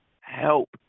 help